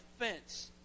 offense